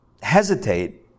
hesitate